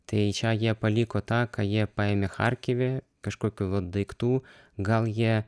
tai čia jie paliko tą ką jie paėmė charkive kažkokių va daiktų gal jie